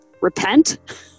repent